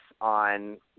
on